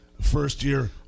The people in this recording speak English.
first-year